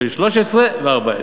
של 2013 ו-2014.